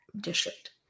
district